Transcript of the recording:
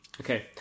Okay